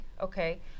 Okay